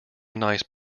nice